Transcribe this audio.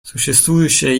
существующая